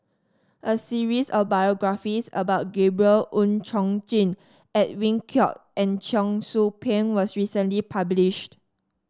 a series of biographies about Gabriel Oon Chong Jin Edwin Koek and Cheong Soo Pieng was recently published